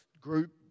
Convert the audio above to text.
group